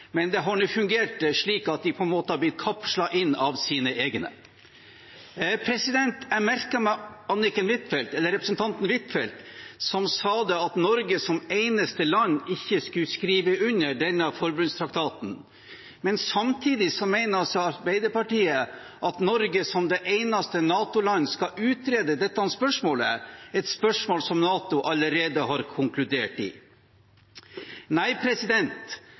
men det har nå fungert slik at de på en måte har blitt kapslet inn av sine egne. Jeg merket meg representanten Anniken Huitfeldt, som sa at Norge som eneste NATO-land ikke skulle skrive under denne forbudstraktaten. Men samtidig mener altså Arbeiderpartiet at Norge som det eneste NATO-landet skal utrede dette spørsmålet, et spørsmål som NATO allerede har konkludert i. Nei,